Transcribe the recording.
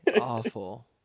awful